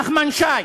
נחמן שי,